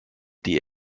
die